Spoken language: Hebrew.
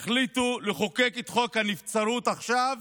החליטו לחוקק את חוק הנבצרות עכשיו,